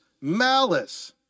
malice